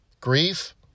grief